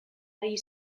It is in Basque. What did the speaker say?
ari